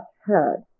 heard